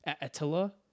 attila